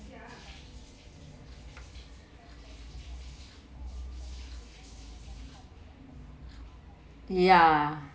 ya